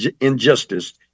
injustice